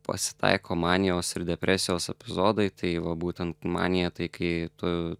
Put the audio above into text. pasitaiko manijos ir depresijos epizodai tai va būtent manija tai kai tu